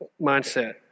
mindset